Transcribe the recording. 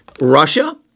Russia